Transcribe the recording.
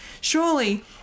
surely